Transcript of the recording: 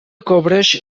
cobreix